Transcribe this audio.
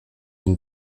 une